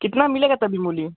कितना में मिलेगा तब भी मूली